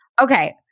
Okay